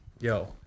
Yo